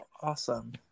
Awesome